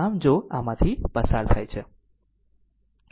આમ જો આમાંથી પસાર થાય છે